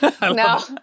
no